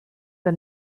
the